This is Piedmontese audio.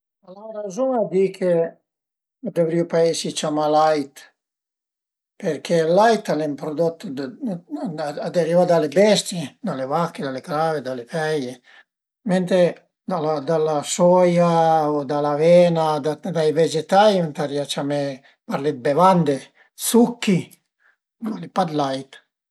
Al an razun a di che a dëvrìu pa esi ciamà lait përché ël lait al e ën prodot, a deriva da le bestie, da le vache, da le crave, da le feie, mentre da la soia, da l'avena, dai vegetai ëntarìa ciamé, parlé dë bevande, succhi, ma al e pa dë lait